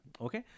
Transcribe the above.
Okay